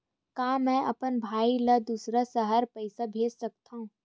का मैं अपन भाई ल दुसर शहर पईसा भेज सकथव?